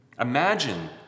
Imagine